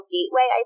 Gateway